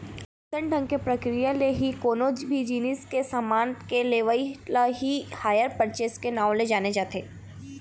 अइसन ढंग के प्रक्रिया ले ही कोनो भी जिनिस के समान के लेवई ल ही हायर परचेस के नांव ले जाने जाथे